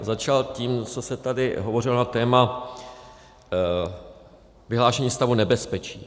Začal bych tím, co se tady hovořilo na téma vyhlášení stavu nebezpečí.